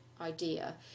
idea